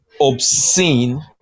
obscene